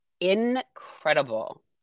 incredible